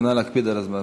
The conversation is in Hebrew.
ונא להקפיד על הזמן.